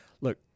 look